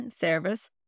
service